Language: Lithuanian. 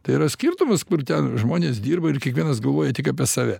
tai yra skirtumas kur ten žmonės dirba ir kiekvienas galvoja tik apie save